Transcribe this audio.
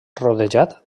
rodejat